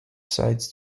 sides